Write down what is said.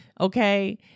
okay